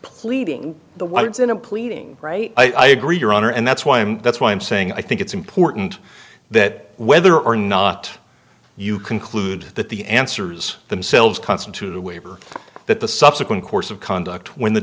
pleading the once in a pleading right i agree your honor and that's why i'm that's why i'm saying i think it's important that whether or not you conclude that the answers themselves constitute a waiver that the subsequent course of conduct when the